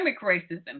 racism